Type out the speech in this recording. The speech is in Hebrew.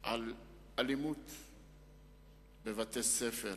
על אלימות בבתי-ספר,